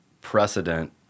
precedent